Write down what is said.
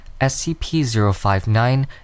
SCP-059